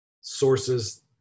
sources